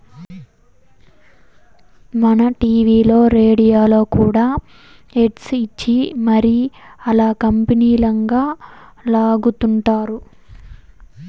మన టీవీల్ల, రేడియోల్ల కూడా యాడ్స్ ఇచ్చి మరీ ఆల్ల కంపనీలంక లాగతండారు